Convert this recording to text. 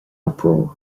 uproar